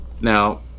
Now